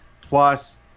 plus